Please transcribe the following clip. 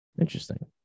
Interesting